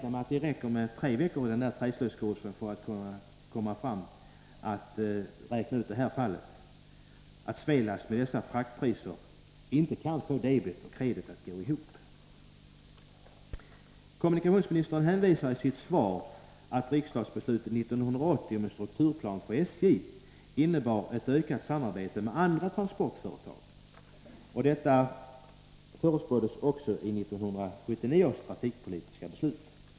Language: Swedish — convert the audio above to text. Jag tror att det räcker med tre veckor av den där träslöjdskursen för att räkna ut att Svelast med dessa fraktpriser inte kan få debet och kredit att gå ihop. Kommunikationsministern hänvisar i sitt svar till att riksdagsbeslutet 1980 om en strukturplan för SJ innebar ett ökat samarbete med andra transportföretag. Detta förutspåddes också i 1979 års trafikpolitiska beslut.